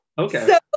Okay